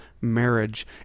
marriage